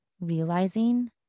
Realizing